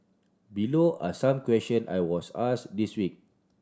below are some question I was asked this week